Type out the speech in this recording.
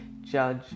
judge